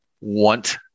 want